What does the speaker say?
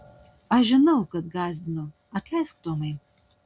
aš žinau kad gąsdinu atleisk tomai